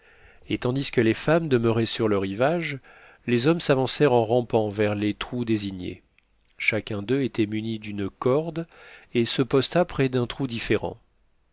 et tandis que les femmes demeuraient sur le rivage les hommes s'avancèrent en rampant vers les trous désignés chacun d'eux était muni d'une corde et se posta près d'un trou différent